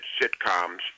sitcoms